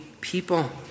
people